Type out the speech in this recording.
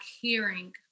hearing